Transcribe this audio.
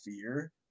fear